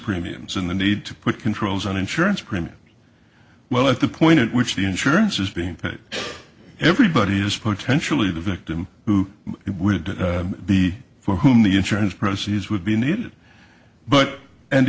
premiums and the need to put controls on insurance premiums well at the point at which the insurance is being paid everybody is potentially the victim who it would be for whom the insurance proceeds would be needed but and